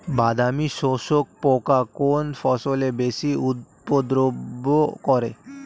বাদামি শোষক পোকা কোন ফসলে বেশি উপদ্রব করে?